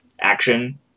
action